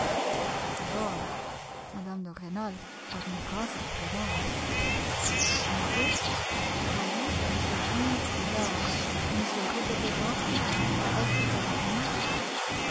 d'abord mme de rênal admira sa prudence bientôt voyant que cet unique regard ne se répétait pas elle fut alarmée